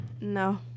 No